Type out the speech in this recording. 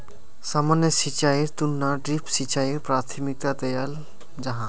सामान्य सिंचाईर तुलनात ड्रिप सिंचाईक प्राथमिकता दियाल जाहा